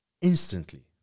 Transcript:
instantly